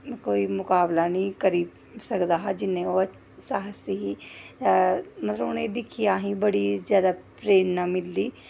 कोई मुकाबला निं करी सकदा हा जि'न्ने ओह् साहसी हे मतलब उ'नें ई दिक्खियै असें ई बड़ी जादा प्रेरणा मिलदी